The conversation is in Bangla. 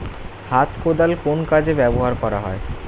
হাত কোদাল কোন কাজে ব্যবহার করা হয়?